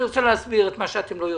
אני רוצה להסביר את מה שאתם לא יודעים.